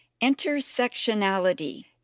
Intersectionality –